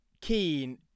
Keen